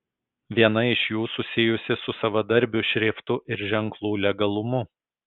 viena iš jų susijusi su savadarbių šriftų ir ženklų legalumu